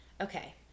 okay